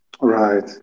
Right